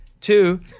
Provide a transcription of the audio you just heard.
Two